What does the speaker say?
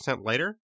lighter